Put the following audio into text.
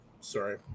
Sorry